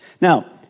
Now